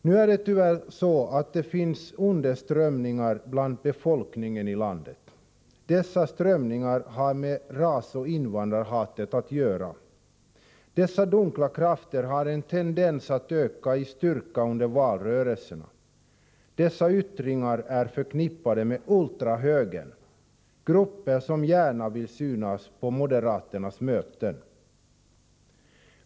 Nu är det tyvärr så att det finns underströmningar bland befolkningen i landet. Dessa strömningar har med rasoch invandrarhatet att göra. Dessa dunkla krafter har en tendens att öka i styrka under valrörelserna. Dessa yttringar är förknippade med ultrahögern — grupper som gärna vill synas på moderaternas möten.